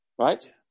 right